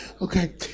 Okay